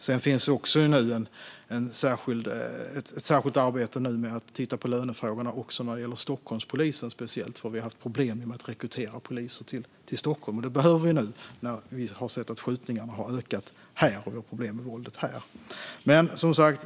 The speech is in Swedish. Det pågår också ett särskilt arbete med att titta på lönefrågorna när det gäller Stockholmspolisen. Vi har haft problem med att rekrytera poliser till Stockholm, och det behöver vi göra nu när vi ser att skjutningarna har ökat och det är problem med våldet här.